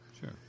sure